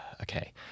Okay